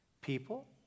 People